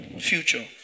future